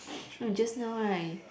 no just now right